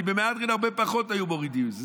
כי במהדרין על הרבה פחות מזה היו מורידים את זה,